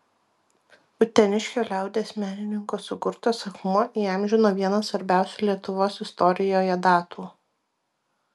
uteniškio liaudies menininko sukurtas akmuo įamžino vieną svarbiausių lietuvos istorijoje datų